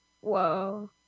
Whoa